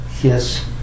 Yes